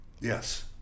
Yes